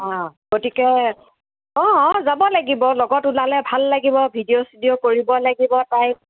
অঁ গতিকে অঁ অঁ যাব লাগিব লগত ওলালে ভাল লাগিব ভিডিঅ' চিডিঅ' কৰিব লাগিব তাইক